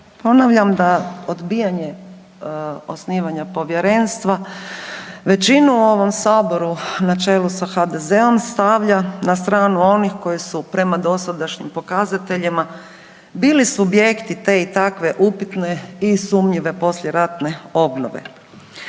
ponavljam da odbijanje osnivanja povjerenstva većinu u ovom Saboru na čelu sa HDZ-om, stavlja na stranu onih koji su prema dosadašnjim pokazateljima bili subjekti te i takve upitne i sumnjive poslijeratne obnove.